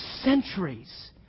centuries